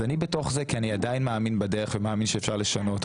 אז אני בתוך זה כי אני עדיין מאמין בדרך ומאמין שאפשר לשנות,